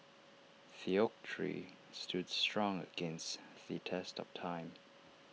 the oak tree stood strong against the test of time